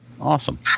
Awesome